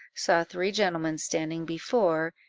saw three gentlemen standing before,